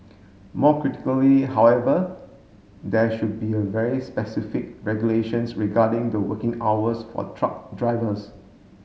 more critically however there should be a very specific regulations regarding the working hours for truck drivers